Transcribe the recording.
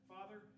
Father